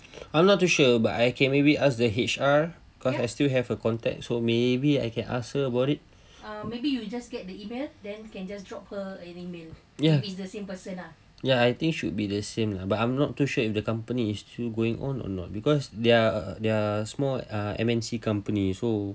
I'm not too sure but I can maybe ask the H_R cause I still have her contact so maybe I can ask her about it ya ya I think should be the same lah but I'm not too sure if the company is still going on or not because they're they're small uh M_N_C company so